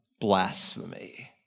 blasphemy